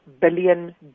billion